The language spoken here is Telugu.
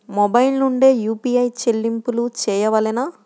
మొబైల్ నుండే యూ.పీ.ఐ చెల్లింపులు చేయవలెనా?